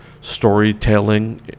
storytelling